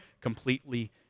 completely